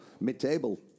mid-table